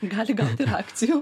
gali ir akcijų